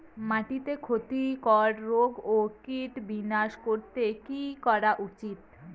মাটিতে ক্ষতি কর রোগ ও কীট বিনাশ করতে কি করা উচিৎ?